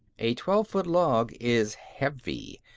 a twelve-foot log is heavy.